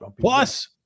Plus